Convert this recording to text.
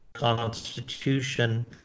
Constitution